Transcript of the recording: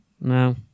No